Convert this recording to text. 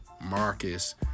Marcus